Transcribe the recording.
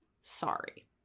Sorry